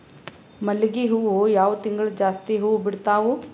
ಮಲ್ಲಿಗಿ ಹೂವು ಯಾವ ತಿಂಗಳು ಜಾಸ್ತಿ ಹೂವು ಬಿಡ್ತಾವು?